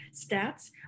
stats